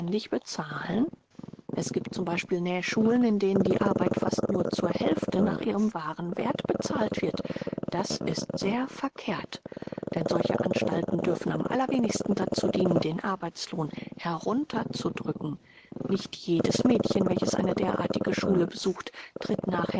bezahlen es gibt z b nähschulen in denen die arbeit fast nur zur hälfte nach ihrem wahren werth bezahlt wird das ist sehr verkehrt denn solche anstalten dürfen am allerwenigsten dazu dienen den arbeitslohn herunter zu drücken nicht jedes mädchen welches eine derartige schule besucht tritt